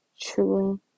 truly